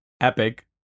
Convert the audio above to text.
epic